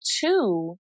two